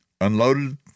unloaded